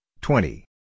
twenty